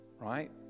right